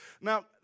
now